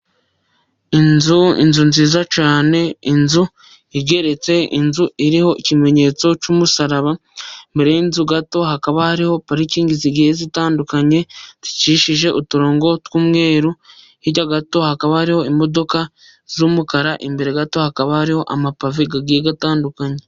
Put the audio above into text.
Inzu, inzu nziza cyane, inzu igeretse, inzu iriho ikimenyetso cy'umusaraba. Imbere y'inzu gato hakaba hariho parikingi zigiye zitandukanye, zicishije uturongo tw'umweru. Hirya gato hakaba hariho imodoka z'umukara, imbere gato hakaba hariho amapave agiye atandukanye.